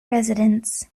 residence